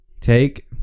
Take